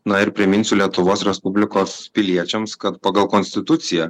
na ir priminsiu lietuvos respublikos piliečiams kad pagal konstituciją